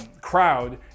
crowd